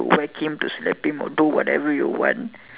to whack him to slap him or do whatever you want